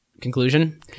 Conclusion